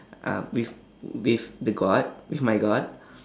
um with with the god with my god